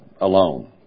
alone